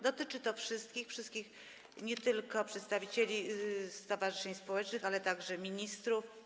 Dotyczy to wszystkich, nie tylko przedstawicieli stowarzyszeń społecznych, ale także ministrów.